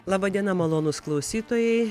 laba diena malonūs klausytojai